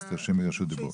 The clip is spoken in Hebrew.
אז תרשמי רשות דיבור,